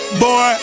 boy